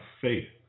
faith